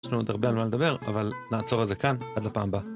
יש לנו עוד הרבה על מה לדבר, אבל נעצור את זה כאן, עד לפעם בה.